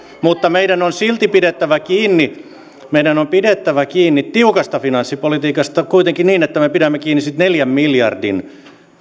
mutta meidän on silti pidettävä kiinni meidän on pidettävä kiinni tiukasta finanssipolitiikasta kuitenkin niin että me pidämme kiinni siitä neljän miljardin